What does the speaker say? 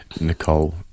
Nicole